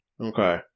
Okay